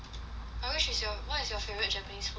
but which is your what is your favourite japanese food though